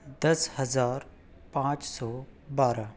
دس ہزار پانچ سو بارہ